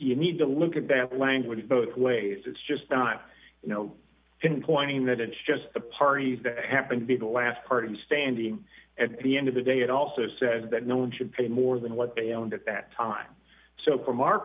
you need to look at that language both ways it's just not you know pinpointing that it's just the party that happened to be the last party and standing at the end of the day it also said that no one should pay more than what they owned at the time so from our